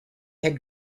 had